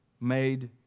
made